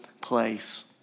place